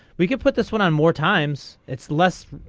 we can put this one on more times it's less.